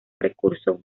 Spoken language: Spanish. recurso